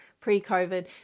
pre-COVID